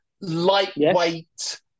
lightweight